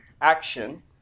action